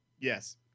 Yes